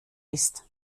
ist